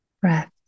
breath